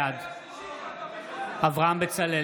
בעד אברהם בצלאל,